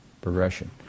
progression